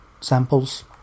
samples